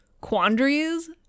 quandaries